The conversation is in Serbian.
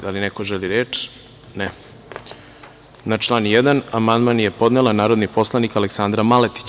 Da li neko želi reč? (Ne) Na član 1. amandman je podnela narodni poslanik Aleksandra Maletić.